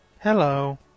Hello